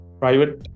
private